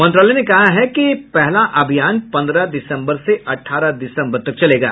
मंत्रालय ने कहा है कि पहला अभियान पंद्रह दिसम्बर से अठारह दिसम्बर तक चलेगा